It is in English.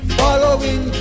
following